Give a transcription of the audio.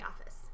Office